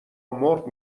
مرغ